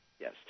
Yes